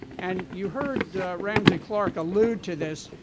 and you heard ramsey clark allude to this,